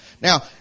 Now